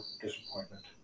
disappointment